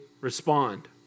respond